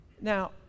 Now